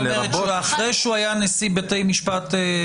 אחרי שהוא היה נשיא בתי משפט.